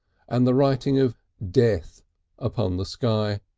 and the writing of death upon the sky,